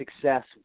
success